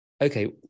okay